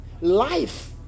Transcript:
Life